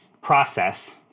process